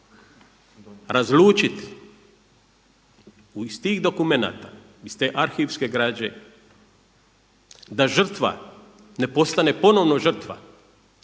razlučiti iz tih dokumenata, iz te arhivske građe da žrtva ne postane ponovno žrtva,